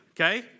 okay